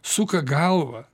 suka galvą